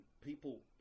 people